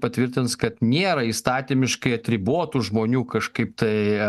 patvirtins kad nėra įstatymiškai atribotų žmonių kažkaip tai